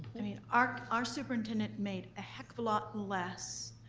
i mean our our superintendent made a heck of a lot less.